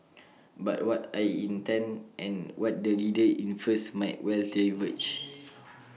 but what I intend and what the reader infers might well diverge